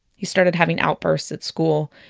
he started having outbursts at school.